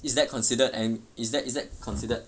is that considered and is that is that considered